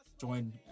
join